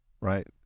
Right